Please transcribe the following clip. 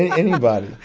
and anybody,